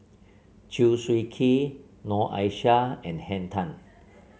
Chew Swee Kee Noor Aishah and Henn Tan